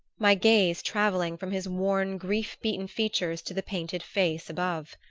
my gaze travelling from his worn grief-beaten features to the painted face above.